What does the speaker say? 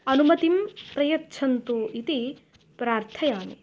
अनुमतिं प्रयच्छन्तु इति प्रार्थयामि